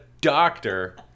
doctor